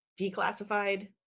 declassified